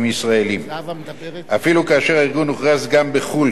אפילו כאשר הארגון הוכרז גם בחו"ל כארגון טרור.